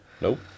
Nope